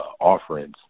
offerings